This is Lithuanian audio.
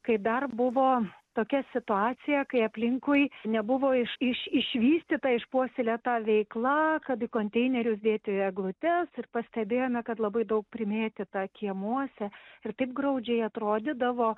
kai dar buvo tokia situacija kai aplinkui nebuvo iš iš išvystyta išpuoselėta veikla kad į konteinerius dėti eglutes ir pastebėjome kad labai daug primėtyta kiemuose ir taip graudžiai atrodydavo